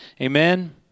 Amen